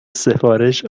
سفارش